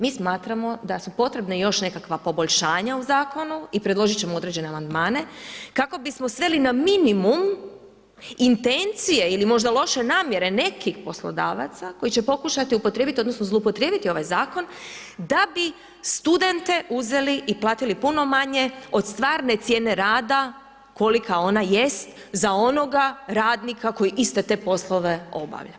Mi smatramo da su potrebna još nekakva poboljšanja u zakonu i predložit ćemo određene amandmane kako bismo sveli na minimum intencije ili možda loše namjere nekih poslodavaca koji će pokušati upotrijebiti odnosno zloupotrijebiti ovaj zakon da bi studente uzeli i platili puno manje od stvarne cijene rada kolika ona jest za onoga radnika koji iste te poslove obavlja.